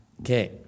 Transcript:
Okay